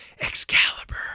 Excalibur